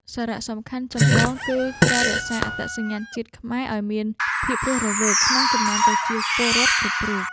សារៈសំខាន់ចម្បងគឺការរក្សាអត្តសញ្ញាណជាតិខ្មែរឱ្យមានភាពរស់រវើកក្នុងចំណោមប្រជាពលរដ្ឋគ្រប់រូប។